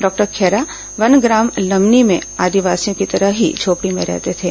doctor Khaira वनग्राम लमनी में आदिवासियों की तरह ही झोपडी में रहते थे